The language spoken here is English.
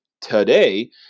today